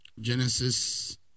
Genesis